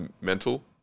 mental